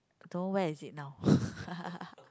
but don't where is it now